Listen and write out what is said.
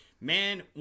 man